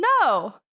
No